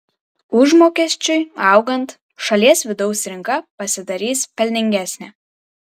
užmokesčiui augant šalies vidaus rinka pasidarys pelningesnė